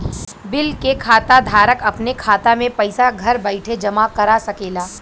bill के खाता धारक अपने खाता मे पइसा घर बइठे जमा करा सकेला